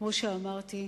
כמו שאמרתי,